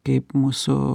kaip mūsų